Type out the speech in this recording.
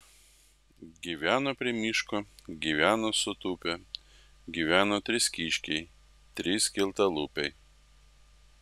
gyveno prie miško gyveno sutūpę gyveno trys kiškiai trys skeltalūpiai